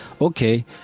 okay